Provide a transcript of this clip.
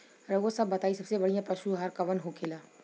रउआ सभ बताई सबसे बढ़ियां पशु कवन होखेला?